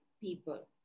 people